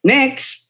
Next